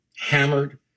hammered